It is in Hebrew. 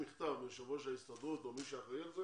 מכתב מיושב ראש ההסתדרות או מי שאחראי על זה